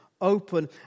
open